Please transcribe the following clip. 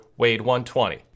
Wade120